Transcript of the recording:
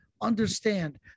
understand